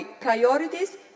priorities